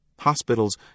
Hospitals